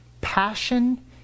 passion